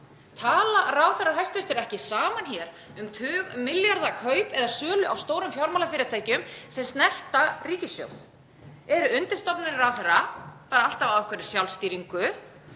Tala hæstv. ráðherrar ekki saman hér um tugmilljarða kaup eða sölu á stórum fjármálafyrirtækjum sem snerta ríkissjóð? Eru undirstofnanir ráðherra bara alltaf á ákveðinni sjálfstýringu?